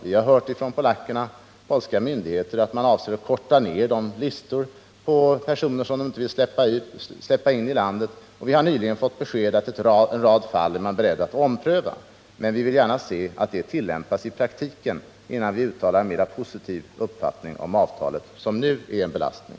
Vi har hört från de polska myndigheterna att man avser att korta ner listorna över personer som man inte vill släppa in i landet. Vi har också fått beskedet att man är beredd att ompröva en rad fall. Men vi vill gärna se att detta tillämpas i praktiken, innan vi uttalar någon mera positiv uppfattning om avtalet, som nu är en belastning.